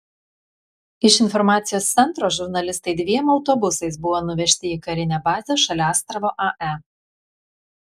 iš informacijos centro žurnalistai dviem autobusais buvo nuvežti į karinę bazę šalia astravo ae